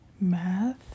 math